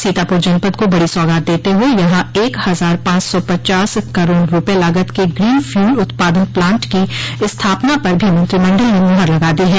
सीतापुर जनपद को बड़ी सौगात देते हुए यहां एक हजार पांच सौ पचास करोड़ रूपये लागत के ग्रीन फ्यूल उत्पादन प्लांट की स्थापना पर भी मंत्रिमंडल ने मुहर लगा दी है